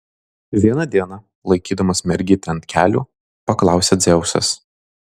vieną dieną laikydamas mergytę ant kelių paklausė dzeusas